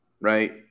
right